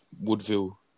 Woodville